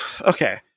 Okay